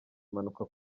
impanuka